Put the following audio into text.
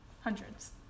hundreds